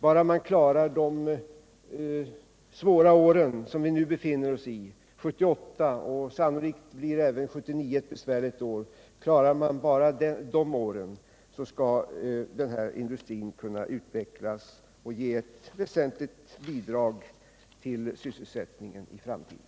bara man klarar de svåra år som vi nu befinner oss i 1978 och sannolikt även 1979 blir besvärliga år — skall denna industri kunna utvecklas och ge ett väsentligt bidrag till sysselsättningen i framtiden.